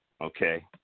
Okay